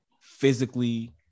physically